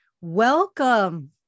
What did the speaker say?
Welcome